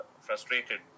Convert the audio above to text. frustrated